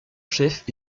chef